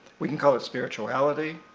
we can call it spirituality,